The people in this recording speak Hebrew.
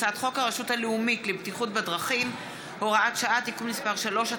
הצעת חוק הרשות הלאומית לבטיחות בדרכים (הוראת שעה) (תיקון מס' 3),